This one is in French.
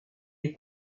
est